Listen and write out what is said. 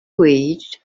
reach